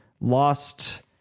lost